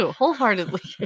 wholeheartedly